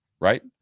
right